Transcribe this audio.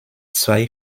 zwei